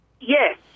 Yes